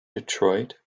detroit